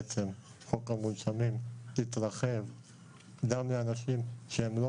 חוק המונשמים התרחב גם לאנשים שהן לא